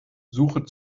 suche